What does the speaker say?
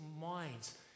minds